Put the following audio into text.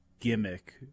Gimmick